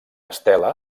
estela